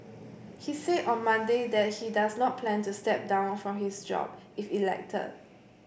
he said on Monday that he does not plan to step down from his job if elected